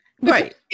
Right